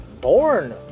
born